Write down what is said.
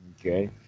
Okay